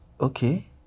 okay